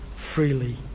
freely